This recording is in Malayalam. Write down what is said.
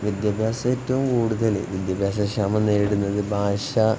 വിദ്യാഭ്യാസം ഏറ്റവും കൂടുതൽ വിദ്യാഭ്യാസ ക്ഷാമം നേരിടുന്നത് ഭാഷ